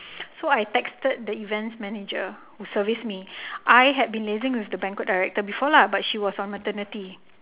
so I texted the events manager who service me I had been liaising with the banquet director before lah but she was on maternity